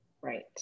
right